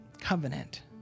Covenant